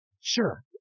Sure